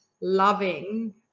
loving